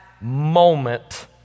moment